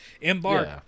embark